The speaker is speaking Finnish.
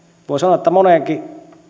voi sanoa moneenkin